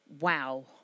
wow